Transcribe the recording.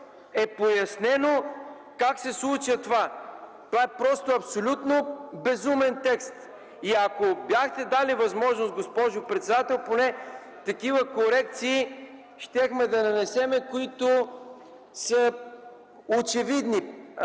е пояснено как се случва това. Това е абсолютно безумен текст. И ако бяхте дали възможност, госпожо председател, поне такива корекции щяхме да нанесем, които са очевидни.